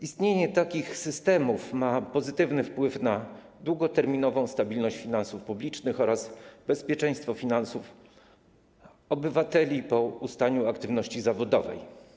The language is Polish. Istnienie takich systemów ma pozytywny wpływ na długoterminową stabilność finansów publicznych oraz bezpieczeństwo finansów obywateli po ustaniu aktywności zawodowej.